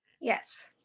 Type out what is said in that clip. Yes